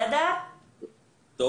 טוב.